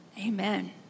Amen